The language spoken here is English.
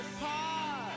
apart